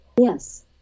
Yes